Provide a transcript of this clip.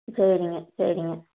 சரிங்க சரிங்க